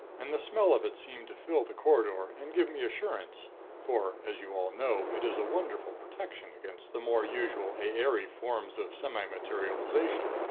and the smell of it seemed to fill the corridor and give me assurance for, as you all know, it is a wonderful protection against the more usual aeiirii forms of semi-materialization,